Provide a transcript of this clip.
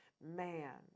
man